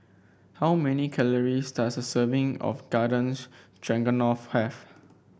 how many calories does a serving of Garden Stroganoff have